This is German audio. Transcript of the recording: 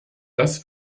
dass